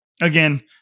Again